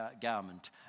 garment